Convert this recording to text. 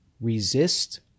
resist